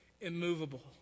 immovable